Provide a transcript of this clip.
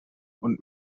und